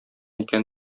икән